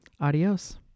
Adios